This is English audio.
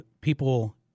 people –